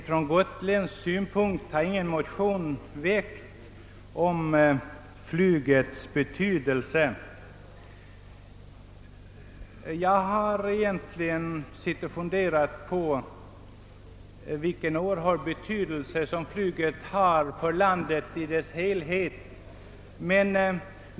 Från gotländskt håll har ingen motion väckts om flyget detta år, men jag har funderat över vilken oerhörd betydelse flyget har för landet i dess helhet.